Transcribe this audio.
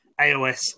AOS